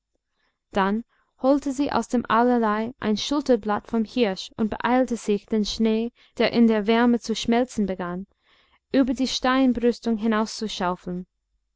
dann holte sie aus dem allerlei ein schulterblatt vom hirsch und beeilte sich den schnee der in der wärme zu schmelzen begann über die